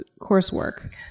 coursework